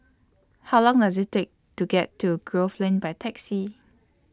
How Long Does IT Take to get to Grove Lane By Taxi